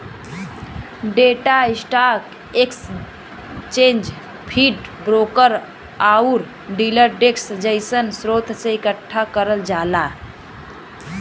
data stock exchange feed, broker आउर dealer desk जइसन स्रोत से एकठ्ठा करल जाला